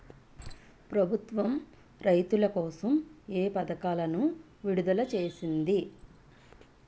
ప్రభుత్వం రైతుల కోసం ఏ పథకాలను విడుదల చేసింది?